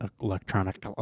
electronic